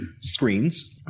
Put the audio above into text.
screens